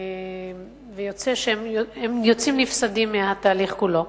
והם יוצאים נפסדים מהתהליך כולו.